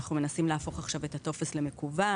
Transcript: אנחנו מנסים להפוך עכשיו את הטופס למקוון,